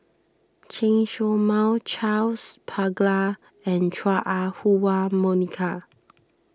Chen Show Mao Charles Paglar and Chua Ah Huwa Monica